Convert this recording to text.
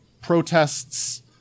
protests